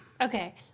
Okay